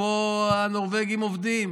ופה הנורבגים עובדים.